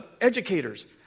educators